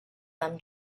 them